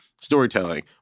storytelling